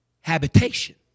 habitation